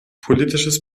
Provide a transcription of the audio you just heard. politisches